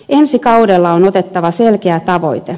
ensi kaudella on otettava selkeä tavoite